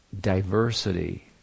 diversity